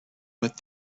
but